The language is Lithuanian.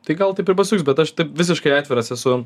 tai gal taip ir pasiliks bet aš taip visiškai atviras esu